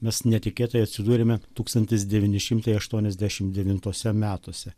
mes netikėtai atsidūrėme tūkstantis devyni šimtai aštuoniasdešimt devintuose metuose